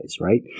right